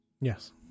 Yes